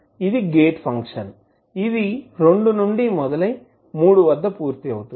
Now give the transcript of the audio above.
ఇది gate function ఇది రెండు నుండి మొదలై మూడు వద్ద పూర్తి అవుతుంది